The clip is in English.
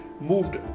moved